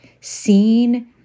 seen